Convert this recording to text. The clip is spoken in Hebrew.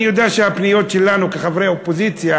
אני יודע שהפניות שלנו כחברי אופוזיציה